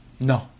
No